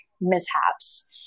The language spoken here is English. mishaps